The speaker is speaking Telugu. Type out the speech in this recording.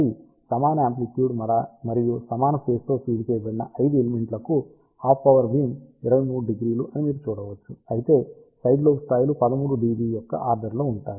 కాబట్టి సమాన యామ్ప్లిట్యుడ్ మరియు సమాన ఫేజ్తో ఫీడ్ చేసిన 5 ఎలిమెంట్ ల కు హాఫ్ పవర్ బీమ్ 230 అని మీరు చూడవచ్చు అయితే సైడ్ లోబ్ స్థాయిలు 13 dB యొక్క ఆర్డర్ లో ఉంటాయి